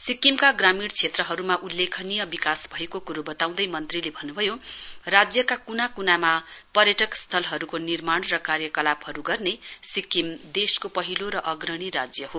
सिक्किमका ग्रामीण क्षेत्रहरुमा उल्लेखनीय विकास भएको कुरो वताउँदै मन्त्रीले भन्नुभयो राज्यका कुना कुनामा पर्यटक स्थलहरुको निर्माण र कार्यकलापहरु गर्ने सिक्किम देशको पहिलो र अग्रणी राज्य हो